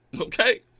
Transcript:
Okay